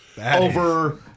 over